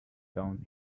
down